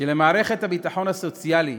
שלמערכת הביטחון הסוציאלי